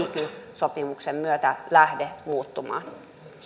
sopimuksen myötä lähde muuttumaan